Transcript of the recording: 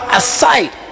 aside